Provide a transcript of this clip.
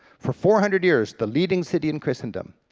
for four hundred years, the leading city in christendom,